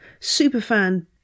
superfan